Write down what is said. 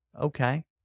Okay